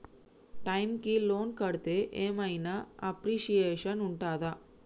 Time కి loan కడ్తే ఏం ఐనా అప్రిషియేషన్ ఉంటదా?